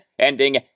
ending